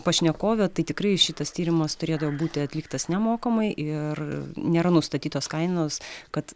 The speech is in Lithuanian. pašnekovė tai tikrai šitas tyrimas turėdavo būti atliktas nemokamai ir nėra nustatytos kainos kad